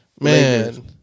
man